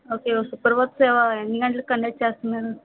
okay Suprabhata Seva ఎన్ని గంటలకి conduct చేస్తన్నారు